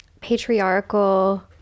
patriarchal